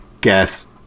guess